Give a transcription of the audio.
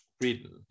written